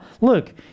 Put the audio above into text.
look